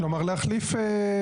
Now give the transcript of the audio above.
כלומר, להחליף.